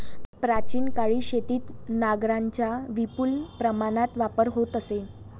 प्राचीन काळी शेतीत नांगरांचा विपुल प्रमाणात वापर होत असे